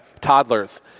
toddlers